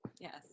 Yes